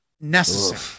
necessary